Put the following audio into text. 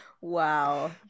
Wow